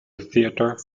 theater